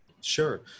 Sure